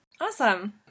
Awesome